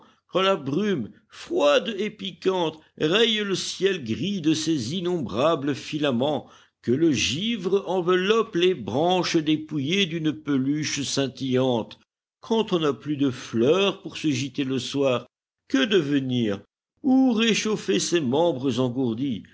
quand la brume froide et piquante raye le ciel gris de ses innombrables filaments que le givre enveloppe les branches dépouillées d'une peluche scintillante quand on n'a plus de fleurs pour se gîter le soir que devenir où réchauffer ses membres engourdis